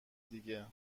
دیگه